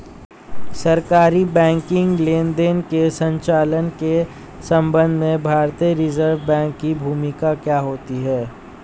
सरकारी बैंकिंग लेनदेनों के संचालन के संबंध में भारतीय रिज़र्व बैंक की भूमिका क्या होती है?